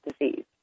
disease